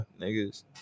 niggas